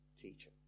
teacher